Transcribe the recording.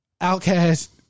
outcast